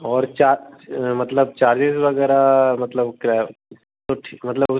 और मतलब चार्जेज़ वगैरह मतलब क्या कुछ मतलब उस